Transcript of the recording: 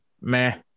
Meh